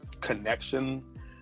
connection